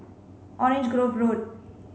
Orange Grove Road